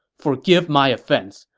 forgive my offense.